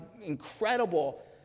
incredible